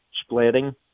splitting